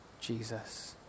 Jesus